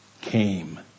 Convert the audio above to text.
came